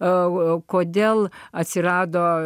o kodėl atsirado